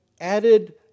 added